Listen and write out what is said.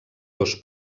dos